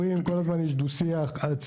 מתנהל דו שיח מתמיד,